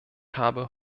habe